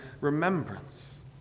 remembrance